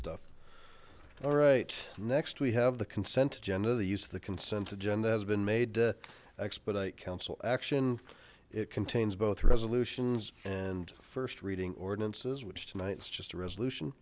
stuff all right next we have the consent agenda the use of the consent agenda has been made to expedite council action it contains both resolutions and first reading ordinances which tonight's just a resolution